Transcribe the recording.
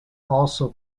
also